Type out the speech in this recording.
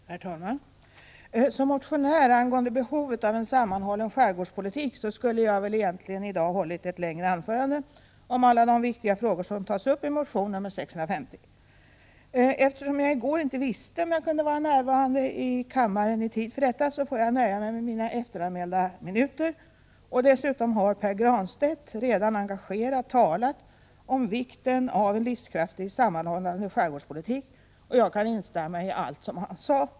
Herr talman! Som motionär angående behovet av en sammanhållen skärgårdspolitik skulle jag väl egentligen i dag ha hållit ett längre anförande om alla de viktiga frågor som tas upp i motion nr 650. Eftersom jag i går inte visste om jag kunde vara närvarande i kammaren i tid för detta, får jag nöja mig med mina efteranmälda minuter. Dessutom har Pär Granstedt redan engagerat talat om vikten av en livskraftig sammanhållen skärgårdspolitik, och jag kan instämma i allt som han sade.